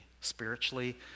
spiritually